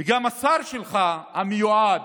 וגם השר שלך המיועד